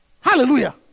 Hallelujah